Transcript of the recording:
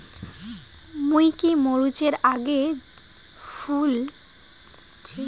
মুই কি মরিচ এর ফুল হাওয়ার আগত জল দিলে চলবে?